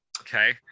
okay